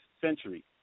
century